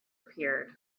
appeared